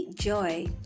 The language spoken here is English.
joy